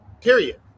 period